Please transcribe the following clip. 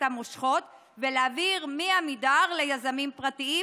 המושכות ולהעביר מעמידר ליזמים פרטיים,